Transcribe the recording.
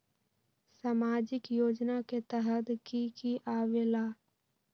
समाजिक योजना के तहद कि की आवे ला?